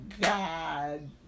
God